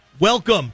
welcome